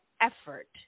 effort